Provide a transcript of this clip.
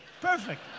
Perfect